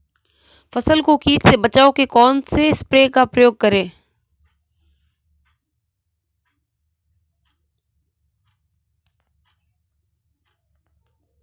फसल को कीट से बचाव के कौनसे स्प्रे का प्रयोग करें?